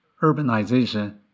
urbanization